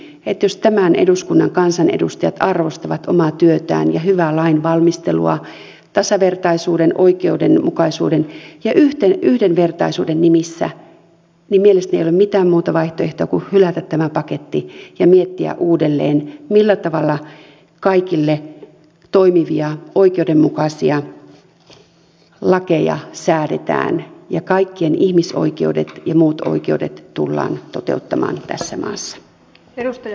niin kuin sanoin jos tämän eduskunnan kansanedustajat arvostavat omaa työtään ja hyvää lainvalmistelua tasavertaisuuden oikeudenmukaisuuden ja yhdenvertaisuuden nimissä niin mielestäni ei ole mitään muuta vaihtoehtoa kuin hylätä tämä paketti ja miettiä uudelleen millä tavalla kaikille toimivia oikeudenmukaisia lakeja säädetään ja kaikkien ihmisoikeudet ja muut oikeudet tullaan toteuttamaan tässä maassa